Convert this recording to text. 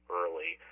early